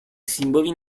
simboli